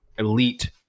Elite